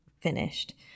finished